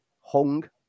hung